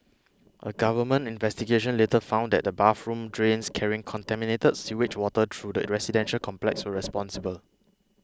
a government investigation later found that the bathroom drains carrying contaminated sewage water through the residential complex were responsible